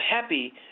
happy